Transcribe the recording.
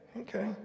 okay